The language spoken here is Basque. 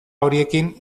horiekin